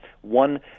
One